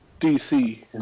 DC